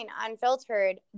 Unfiltered